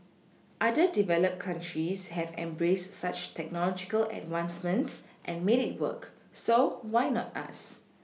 other developed countries have embraced such technological advancements and made it work so why not us